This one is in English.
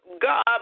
God